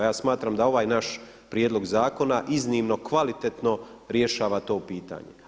Ja smatram da ovaj naš prijedlog zakona iznimno kvalitetno rješava to pitanje.